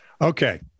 Okay